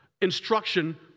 instruction